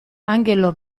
angelo